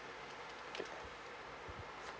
ya so